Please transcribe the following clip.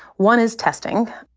one is testing.